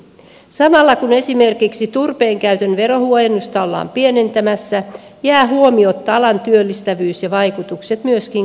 samalla kun esimerkiksi turpeen käytön verohuojennusta ollaan pienentämässä jää huomiotta alan työllistävyys ja vaikutukset myöskin kauppataseeseen